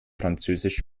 französisch